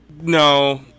No